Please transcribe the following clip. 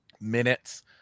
minutes